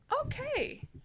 Okay